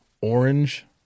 orange